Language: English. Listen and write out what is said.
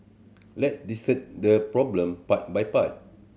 let's dissect the problem part by part